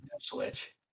Switch